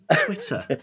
Twitter